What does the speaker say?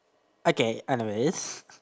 okay anyways